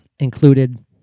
Included